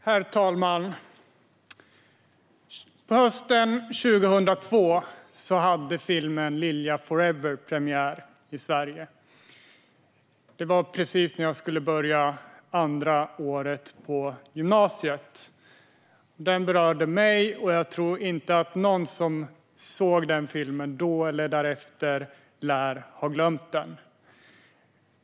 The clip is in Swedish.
Herr talman! Hösten 2002 hade filmen Lilja 4-ever premiär i Sverige. Det var precis när jag skulle börja andra året på gymnasiet. Den berörde mig, och jag tror inte att någon som såg den filmen eller som sett den därefter har glömt den.